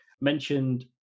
Mentioned